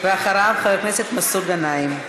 ואחריו, חבר הכנסת מסעוד גנאים.